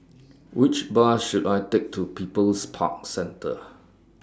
Which Bus should I Take to People's Park Centre